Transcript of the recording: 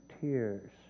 tears